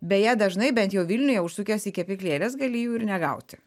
beje dažnai bent jau vilniuje užsukęs į kepyklėles gali jų ir negauti